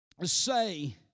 say